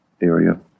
area